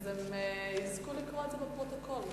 הם יזכו לקרוא את זה בפרוטוקול.